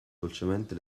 dolcemente